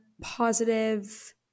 positive